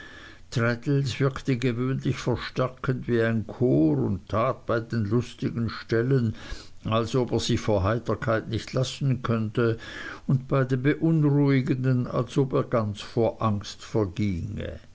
wirkte gewöhnlich verstärkend wie ein chor und tat bei den lustigen stellen als ob er sich vor heiterkeit nicht lassen könnte und bei den beunruhigenden als ob er ganz vor angst verginge